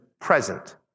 present